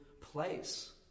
place